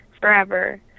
forever